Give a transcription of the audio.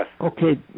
Okay